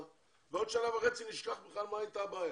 בעוד שנה וחצי נשכח בכלל מה הייתה הבעיה.